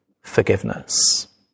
forgiveness